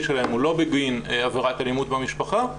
שלהם הוא לא בגין עבירת אלימות במשפחה,